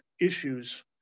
issues